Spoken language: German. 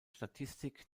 statistik